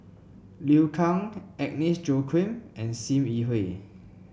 Liu Kang Agnes Joaquim and Sim Yi Hui